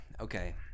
Okay